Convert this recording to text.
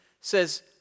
says